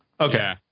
Okay